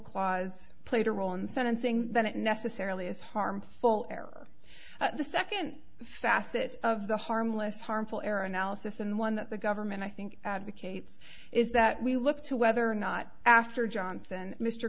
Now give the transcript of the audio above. clause played a role in sentencing then it necessarily is harmful error the second facet of the harmless harmful error analysis and one that the government i think advocates is that we look to whether or not after johnson mr